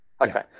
Okay